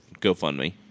GoFundMe